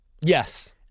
Yes